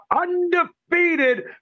undefeated